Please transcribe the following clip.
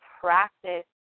practice